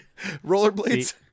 Rollerblades